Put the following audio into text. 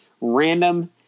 random